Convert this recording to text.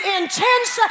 intense